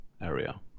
area